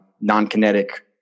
non-kinetic